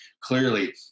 clearly